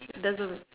doesn't make